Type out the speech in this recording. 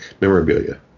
memorabilia